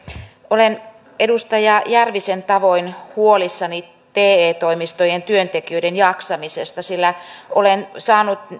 olen edustaja järvisen tavoin huolissani te toimistojen työntekijöiden jaksamisesta sillä olen saanut